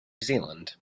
zealand